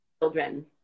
children